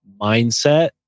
mindset